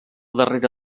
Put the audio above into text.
darrere